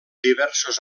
diversos